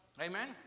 Amen